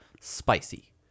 Spicy